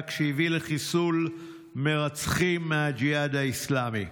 שהביא לחיסול מרצחים מהג'יהאד האסלאמי.